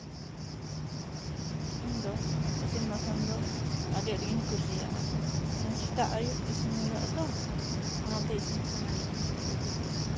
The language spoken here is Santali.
ᱤᱧ ᱫᱚ ᱤᱥᱤᱱᱼᱵᱟᱥᱟᱝ ᱫᱚ ᱟᱰᱤ ᱟᱸᱴᱜᱤᱧ ᱠᱩᱥᱤᱭᱟᱜᱼᱟ ᱮᱸᱫ ᱥᱮᱛᱟᱜ ᱟᱭᱩᱵ ᱤᱥᱤᱱ ᱦᱳᱭᱳᱜ ᱟᱛᱚ ᱚᱱᱟᱛᱮ ᱤᱥᱤᱱᱼᱵᱟᱥᱟᱝ ᱟᱰᱤ ᱟᱸᱴᱤᱧ ᱠᱩᱥᱤᱭᱟᱜᱼᱟ